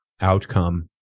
outcome